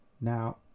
Now